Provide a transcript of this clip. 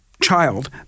child